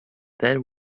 that